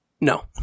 No